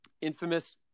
infamous